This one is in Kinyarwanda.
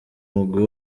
mugwi